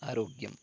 आरोग्यम्